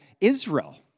Israel